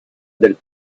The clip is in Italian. del